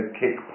kick